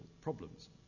problems